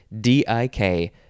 D-I-K